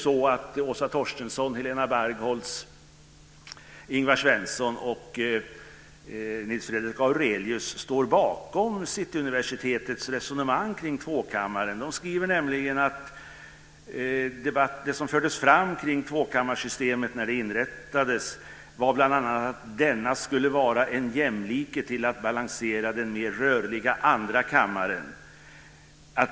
Står Åsa Nils Fredrik Aurelius bakom Cityuniversitetets resonemang kring tvåkammarsystemet? De skriver att det som fördes fram kring tvåkammarsystemet när det inrättades var bl.a. att den första kammaren skulle vara en jämlike till och balansera den mer rörliga andra kammaren.